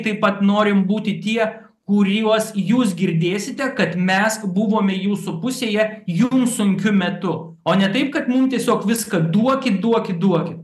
taip pat norim būti tie kuriuos jūs girdėsite kad mes buvome jūsų pusėje jums sunkiu metu o ne taip kad mum tiesiog viską duokit duokit duokit